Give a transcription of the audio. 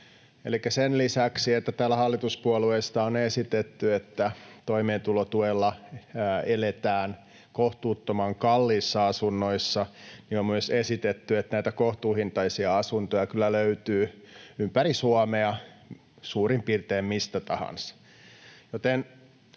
Elikkä sen lisäksi, että täällä hallituspuolueista on esitetty, että toimeentulotuella eletään kohtuuttoman kalliissa asunnoissa, on myös esitetty, että näitä kohtuuhintaisia asuntoja kyllä löytyy ympäri Suomea, suurin piirtein mistä tahansa.